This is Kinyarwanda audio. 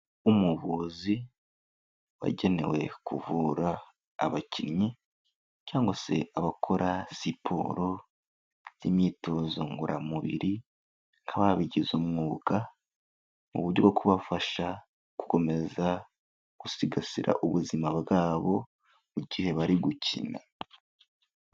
Umuvuzi wagenewe kuvura abakinnyi cyangwa se abakora siporo z'imyitozo ngororamubiri, nk'ababigize umwuga, mu buryo bwo kubafasha gukomeza gusigasira ubuzima bwabo mu gihe bari gukina.